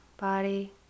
body